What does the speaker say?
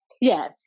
Yes